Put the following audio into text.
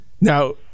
Now